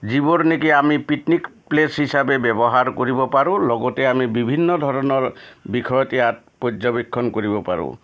যিবোৰ নেকি আমি পিকনিক প্লেচ হিচাপে ব্যৱহাৰ কৰিব পাৰোঁ লগতে আমি বিভিন্ন ধৰণৰ বিষয়ত ইয়াত পৰ্যবেক্ষণ কৰিব পাৰোঁ